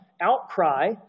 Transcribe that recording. outcry